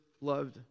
loved